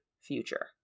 future